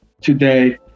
today